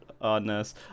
oddness